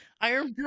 Iron